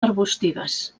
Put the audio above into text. arbustives